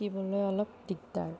শিকিবলৈ অলপ দিগদাৰ